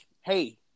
hey